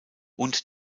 und